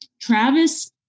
Travis